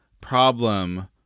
problem